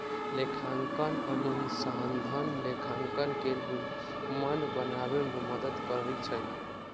लेखांकन अनुसंधान लेखांकन के निम्मन बनाबे में मदद करइ छै